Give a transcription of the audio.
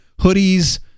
Hoodies